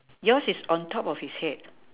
yours is on top of his head